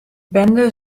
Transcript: bende